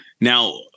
Now